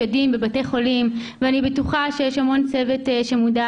ברגע שיודעים בבתי חולים ואני בטוחה שיש צוות שמודע